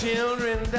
Children